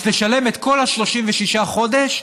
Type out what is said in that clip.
אז תשלם את כל ה-36 חודשים,